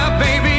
baby